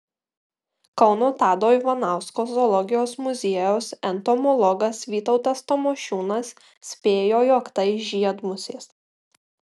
kauno tado ivanausko zoologijos muziejaus entomologas vytautas tamošiūnas spėjo jog tai žiedmusės